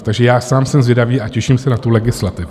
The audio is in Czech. Takže já sám jsem zvědavý a těším se na tu legislativu.